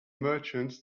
merchant